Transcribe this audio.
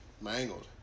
Mangled